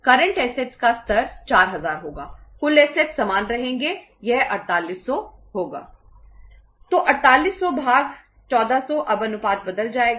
तो 4800 भाग 14000 अब अनुपात बदल जाएगा